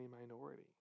minority